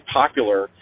popular